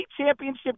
championship